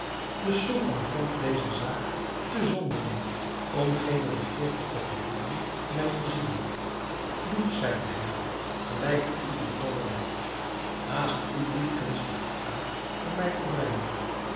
de sultan vond deze zaak te zonderling om geene begeerte te gevoelen mij te zien doet zeide hij gelijk ik u bevolen heb haast u dien kunstigen aap voor mij te brengen